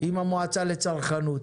עם המועצה לצרכנות